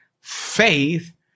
Faith